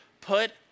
put